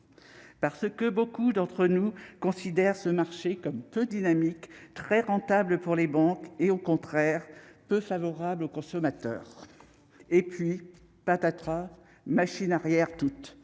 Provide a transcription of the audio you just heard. parce que nous sommes nombreux à considérer ce marché comme peu dynamique, très rentable pour les banques et, au contraire, peu favorable aux consommateurs ? Et puis, patatras, machine arrière toute !